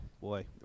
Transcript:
boy